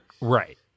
Right